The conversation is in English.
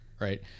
right